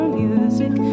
music